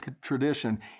tradition